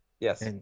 Yes